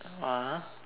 ah